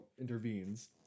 intervenes